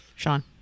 Sean